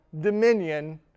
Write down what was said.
dominion